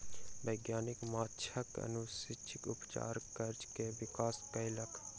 वैज्ञानिक माँछक अनुवांशिक उपचार कय के विकास कयलक